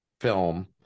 film